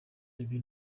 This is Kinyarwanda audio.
ibi